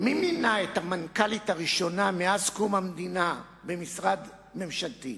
מי מינה את המנכ"לית הראשונה מאז קום המדינה במשרד ממשלתי?